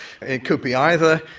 it could be either.